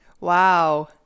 Wow